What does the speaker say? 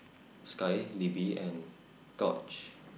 Sky Libbie and Gauge